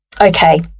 Okay